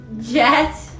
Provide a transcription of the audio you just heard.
Jet